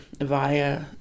via